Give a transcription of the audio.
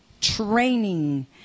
training